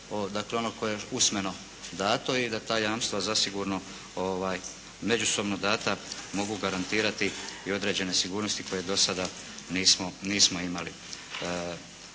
dakle ono koje je usmeno dati i da ta jamstva zasigurno međusobno dana mogu garantirati i određene sigurnosti koje do sada nismo imali.